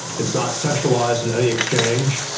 it's not centralised in any exchange,